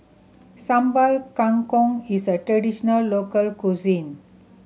Sambal Kangkong is a traditional local cuisine